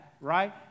right